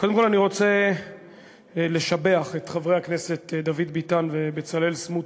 קודם כול אני רוצה לשבח את חברי הכנסת דוד ביטן ובצלאל סמוטריץ.